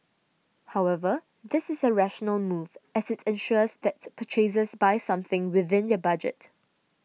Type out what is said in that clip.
however this is a rational move as it ensures that purchasers buy something within their budget